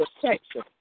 protection